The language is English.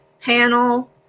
panel